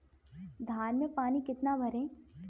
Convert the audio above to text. धान में पानी कितना भरें?